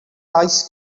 ice